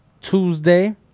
Tuesday